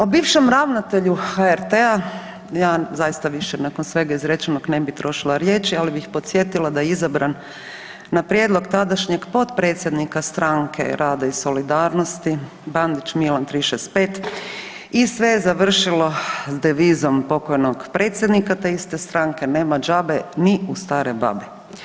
O bivšem ravnatelju HRT-a ja zaista više nakon svega izrečenog ne bi trošila riječi da je izabran na prijedlog tadašnjeg potpredsjednika Stranke rada i solidarnosti Bandić Milan 365 i sve je završilo s devizom pokojnog predsjednika te iste stranke, nema đabe ni u stare babe.